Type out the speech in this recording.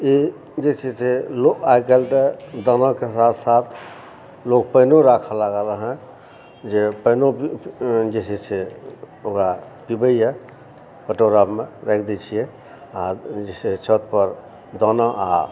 ई जे छै से लोग आइकल्हि तऽ दानाके साथ साथ लोग पानिओ राखऽ लागल हँ जे पानिओ जे छै से ओकरा पिबैया कटोरामे राखि दए छियै आ जे छै से छत पर दाना आ